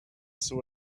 saw